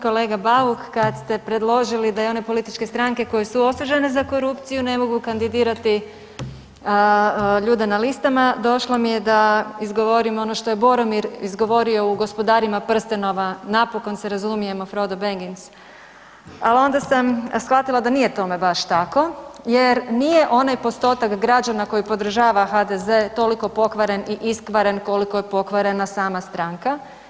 Kolega Bauk, kad ste predložili da i one političke stranke koje su osuđene za korupciju ne mogu kandidirati ljude na listama došlo mi je da izgovorim ono što je Boromir izgovorio u Gospodarima prstenova, naprosto se razumijemo Frodo Baggins, ali onda sam shvatila da nije tome baš tako jer nije onaj postotak građana koji podržava toliko pokvaren i iskvaren koliko je pokvarena sama stranka.